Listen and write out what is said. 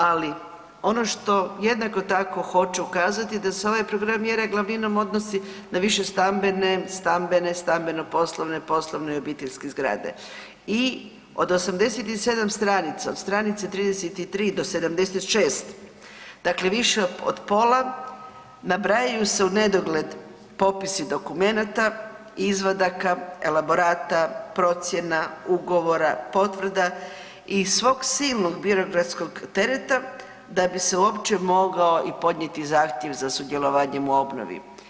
Ali ono što jednako tako hoću ukazati da se ovaj program mjera glavninom odnosi na višestambene, stambene, stambeno-poslovne, poslovne i obiteljske zgrade i od 87 stranica, od stranice 33 do 76, dakle više od pola, nabrajaju se u nedogled popisi dokumenata, izvadaka, elaborata, procjena, ugovora, potvrda i svog silnog birokratskog tereta da bi se uopće mogao i podnijeti zahtjev za sudjelovanjem u obnovi.